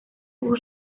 guk